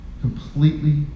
completely